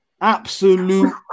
Absolute